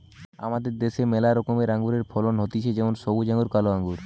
আমাদের দ্যাশে ম্যালা রকমের আঙুরের ফলন হতিছে যেমন সবুজ আঙ্গুর, কালো আঙ্গুর